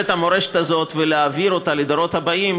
את המורשת הזאת ולהעביר אותה לדורות הבאים,